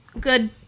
good